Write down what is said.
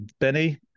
Benny